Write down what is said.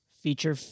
feature